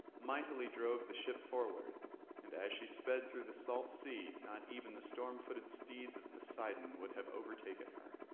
mightily drove the ship forward and as she sped through the salt sea, not even the storm-footed steeds of poseidon would have overtaken her.